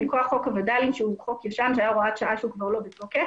מכוח חוק הווד"לים שהוא חוק ישן שהיה הוראת ישן והוא כבר לא בתוקף,